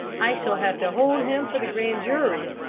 i shall have to hold him for the grand jury.